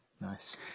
Nice